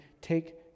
take